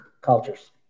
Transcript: cultures